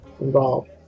involved